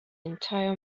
entire